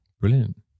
brilliant